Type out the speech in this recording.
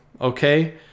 okay